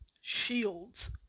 SHIELDS